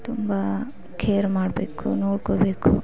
ತುಂಬ ಕೇರ್ ಮಾಡಬೇಕು ನೋಡ್ಕೋಬೇಕು